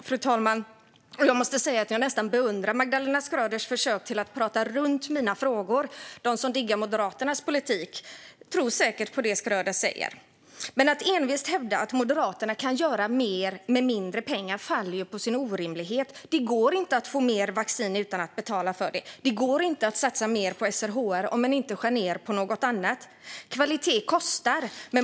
Fru talman! Jag måste säga att jag nästan beundrar Magdalena Schröders försök att prata runt mina frågor. De som diggar Moderaternas politik tror säkert på det Schröder säger. Men att envist hävda att Moderaterna kan göra mer med mindre pengar faller ju på sin orimlighet. Det går inte att få mer vaccin utan att betala för det. Det går inte att satsa mer på SRHR om man inte skär ned på något annat. Kvalitet kostar.